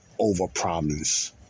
overpromise